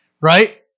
Right